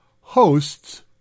hosts